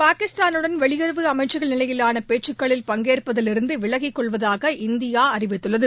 பாகிஸ்தாலுடன் வெளியுறவு அமம்சர்கள் நிலையிலான பேச்சுக்களில் பங்கேற்பதிவிருந்து விலகிக் கொள்வதாக இந்தியா அறிவித்துள்ளது